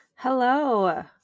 Hello